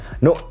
No